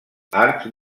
arcs